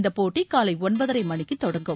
இந்தப்போட்டி காலை ஒன்பதரை மணிக்கு தொடங்கும்